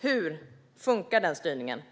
Hur funkar den styrningen?